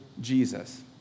Jesus